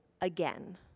again